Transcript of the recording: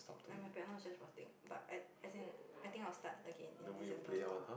ya my piano is just rotting but I as in I think I will start again in December